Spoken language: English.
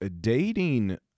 Dating